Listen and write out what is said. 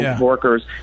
workers